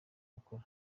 gukora